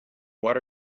what